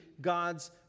God's